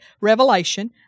revelation